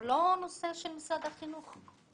הוא לא נושא של משרד החינוך.